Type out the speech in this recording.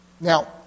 Now